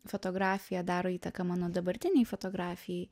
fotografija daro įtaką mano dabartinei fotografijai